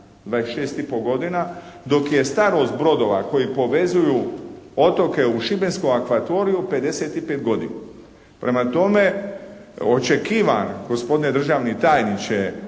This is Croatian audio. i po godina dok je starost brodova koji povezuju otoke u Šibenskom akvatoriju 55 godina. Prema tome, očekivam, gospodine državni tajniče,